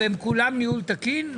לכולן יש ניהול תקין.